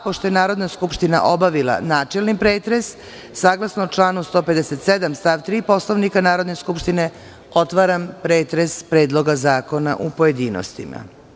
Pošto je Narodna skupština obavila načelni pretres, saglasno članu 157. stav 3. Poslovnika Narodne skupštine, otvaram pretres Predloga zakona u pojedinostima.